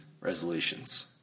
resolutions